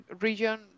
region